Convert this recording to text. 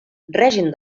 règim